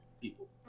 people